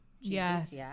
Yes